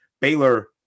Baylor